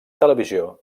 televisió